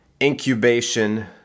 incubation